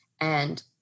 And-